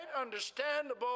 understandable